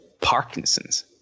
Parkinson's